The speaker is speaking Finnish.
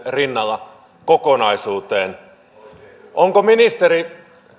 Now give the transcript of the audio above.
rinnalla kokonaisuuteen onko ministeri